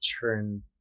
turn